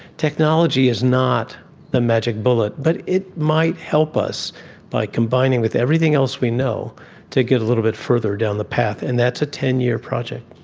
technology is not a magic bullet. but it might help us by combining with everything else we know to get a little bit further down the path, and that's a ten year project.